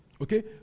Okay